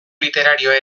literarioa